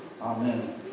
Amen